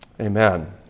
Amen